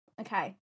Okay